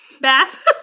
bath